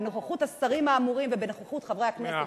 בנוכחות השרים האמורים ובנוכחות חברי הכנסת,